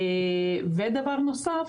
ודבר נוסף